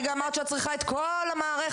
כרגע אמרת שאת צריכה את כל המערכת,